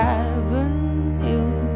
avenue